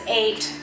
eight